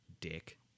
dick